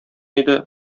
иде